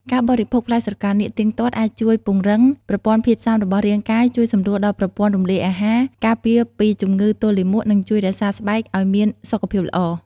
ការបរិភោគផ្លែស្រកានាគទៀងទាត់អាចជួយពង្រឹងប្រព័ន្ធភាពស៊ាំរបស់រាងកាយ ជួយសម្រួលដល់ប្រព័ន្ធរំលាយអាហារ ការពារពីជំងឺទល់លាមក និងជួយរក្សាស្បែកឱ្យមានសុខភាពល្អ។